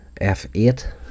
F8